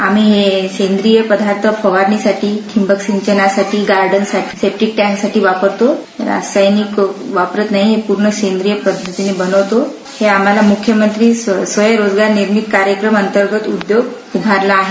आम्ही सेंद्रिय पदार्थ फवारणी साठी ठिंबक सिंचनासाठी गार्डनासाठी सेफ्टीक टँक साठी वापरतो रासायनिक वापरात नाही पूर्ण सेंद्रिय पद्धतीनं बनवितो हे आम्हाला म्ख्यमंत्री स्वयंरोजगार निर्मिती कार्यक्रमा अंतर्गत उद्योग उभारलं आहे